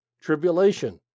Tribulation